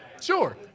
Sure